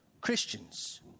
Christians